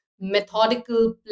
methodical